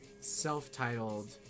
self-titled